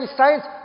science